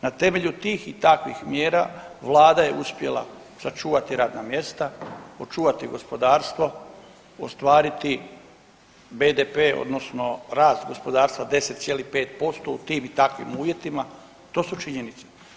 Na temelju tih i takvih mjera Vlada je uspjela sačuvati radna mjesta, očuvati gospodarstvo, ostvariti BDP odnosno rast gospodarstva 10,5% u tim i takvim uvjetima, to su činjenice.